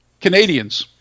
Canadians